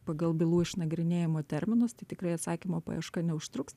pagal bylų išnagrinėjimo terminus tai tikrai atsakymo paieška neužtruks